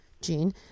Gene